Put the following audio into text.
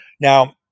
Now